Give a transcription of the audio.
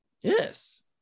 Yes